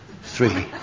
Three